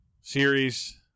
series